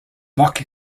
mock